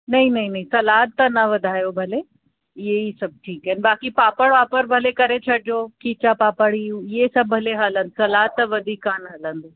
नहीं नहीं नहीं सलाद त न वधायो भले इहो ई सब्ज़ि बाक़ी पापड़ वापड़ भले करे छॾिजो खीचा पापड़ ही हू इहे सभु भले हलनि सलाद त वधीक कान हलंदो